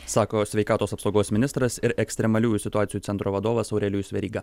sako sveikatos apsaugos ministras ir ekstremaliųjų situacijų centro vadovas aurelijus veryga